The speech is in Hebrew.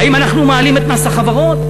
האם אנחנו מעלים את מס החברות?